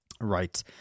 Right